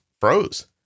froze